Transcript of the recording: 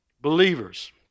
believers